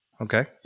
Okay